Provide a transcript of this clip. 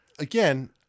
Again